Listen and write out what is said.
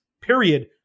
period